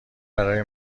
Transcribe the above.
برای